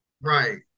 Right